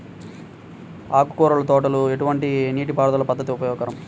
ఆకుకూరల తోటలలో ఎటువంటి నీటిపారుదల పద్దతి ఉపయోగకరం?